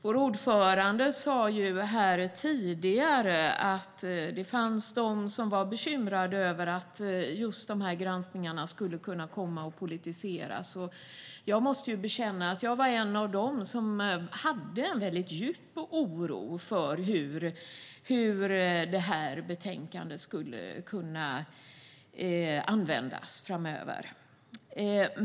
Vår ordförande sa här tidigare att det fanns de som var bekymrade över att just de här granskningarna skulle kunna komma att politiseras. Jag måste bekänna att jag var en av dem som kände djup oro för hur det här betänkandet skulle kunna användas framöver.